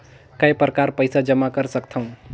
काय प्रकार पईसा जमा कर सकथव?